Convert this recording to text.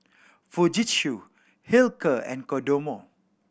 Fujitsu Hilker and Kodomo